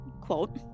quote